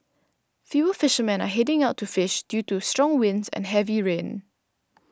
fewer fishermen are heading out to fish due to strong winds and heavy rain